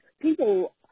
people